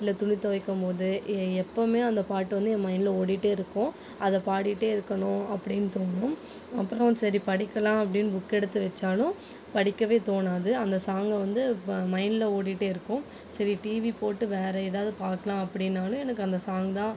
இல்ல துணி தொவைக்கும் போது எ எப்போவுமே அந்த பாட்டு வந்து என் மைண்ட்ல ஓடிகிட்டே இருக்கும் அதை பாடிகிட்டே இருக்கணும் அப்படின்னு தோணும் அப்புறம் சரி படிக்கலாம் அப்படின்னு புக்கை எடுத்து வச்சாலும் படிக்கவே தோணாது அந்த சாங்கை வந்து வ மைண்ட்ல ஓடிகிட்டே இருக்கும் சரி டிவி போட்டு வேற ஏதாவது பார்க்கலாம் அப்படின்னாலும் எனக்கு அந்த சாங் தான்